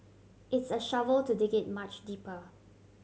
it's a shovel to dig it much deeper